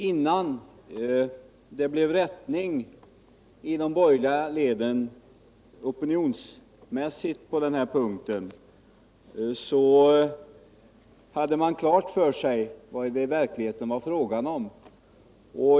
Innan det blev rättning i de borgerliga leden opinionsmässigt på den här punkten så hade man klart för sig vad det i verkligheten var fråga om.